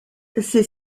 ses